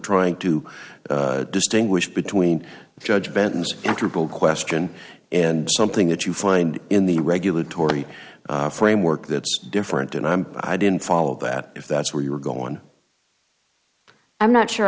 trying to distinguish between the judge benton's enterable question and something that you find in the regulatory framework that's different and i'm i didn't follow that if that's where you were going i'm not sure